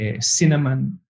cinnamon